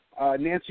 Nancy